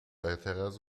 اعتراض